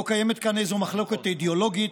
לא קיימת כאן איזו מחלוקת אידיאולוגית,